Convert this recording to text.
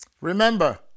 Remember